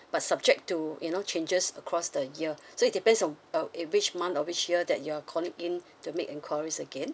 but subject to you know changes across the year so it depends on uh it which month and which year that you are calling in to make inquiries again